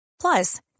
plus